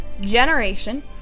generation